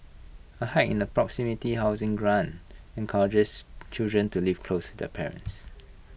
A hike in the proximity housing grant encourages children to live close to their parents